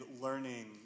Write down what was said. learning